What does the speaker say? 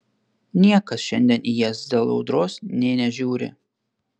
niekas šiandien į jas dėl audros nė nežiūri